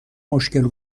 مشکل